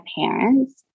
parents